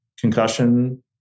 concussion